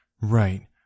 Right